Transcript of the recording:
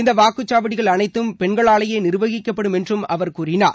இந்த வாக்குச்சாவடிகள் அனைத்தும் பெண்களாலேயே நிர்வகிக்கப்படும் என்று அவர் கூறினார்